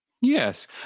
yes